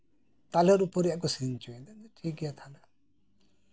ᱛᱟᱞᱮᱨ ᱩᱯᱚᱨ ᱨᱮᱭᱟᱜ ᱠᱚ ᱥᱮᱨᱮᱧ ᱦᱚᱪᱚ ᱠᱤᱫᱤᱧᱟ ᱴᱷᱤᱠ ᱜᱮᱭᱟ ᱛᱟᱦᱞᱮ